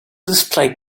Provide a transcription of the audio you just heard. display